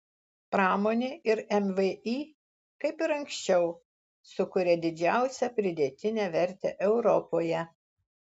pramonė ir mvį kaip ir anksčiau sukuria didžiausią pridėtinę vertę europoje